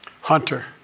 Hunter